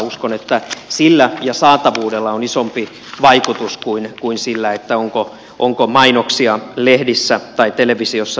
uskon että sillä ja saatavuudella on isompi vaikutus kuin sillä onko mainoksia lehdissä tai televisiossa nykyisellä tavalla